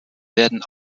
werden